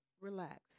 Relax